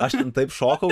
aš ten taip šokau